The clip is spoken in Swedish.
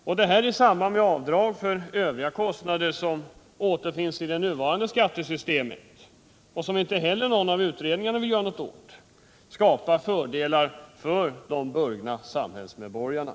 Till detta skall läggas de lättnader i samband med avdragen som finns i det nuvarande skattesystemet och som utredningarna inte heller vill göra någonting åt, och detta skapar fördelar för de burgna samhällsmedborgarna.